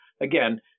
Again